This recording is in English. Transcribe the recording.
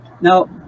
Now